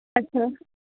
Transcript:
अच्छा